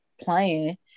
playing